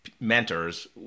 mentors